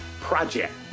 project